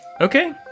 Okay